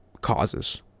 causes